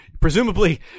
presumably